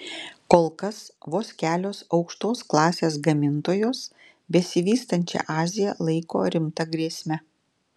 kol kas vos kelios aukštos klasės gamintojos besivystančią aziją laiko rimta grėsme